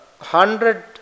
hundred